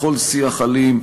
לכל שיח אלים,